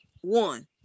One